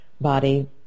body